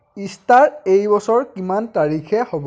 Easter এইবছৰ কিমান তাৰিখে হ'ব